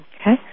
Okay